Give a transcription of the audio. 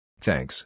Thanks